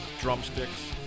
drumsticks